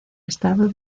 estado